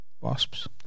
Wasps